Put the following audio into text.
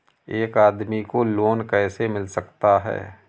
एक आदमी को लोन कैसे मिल सकता है?